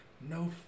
no